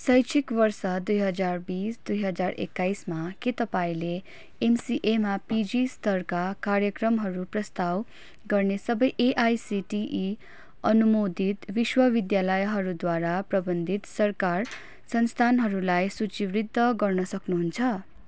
शैक्षिक वर्ष दुई हजार बिस दुई हजार एक्काइसमा के तपाईँले एमसिएमा पिजी स्तरका कार्यक्रमहरू प्रस्ताव गर्ने सबै एआइसिटिई अनुमोदित विश्वविद्यालयहरूद्वारा प्रबन्धित सरकार संस्थानहरूलाई सूचीबद्ध गर्न सक्नुहुन्छ